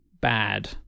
bad